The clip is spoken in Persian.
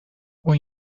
اون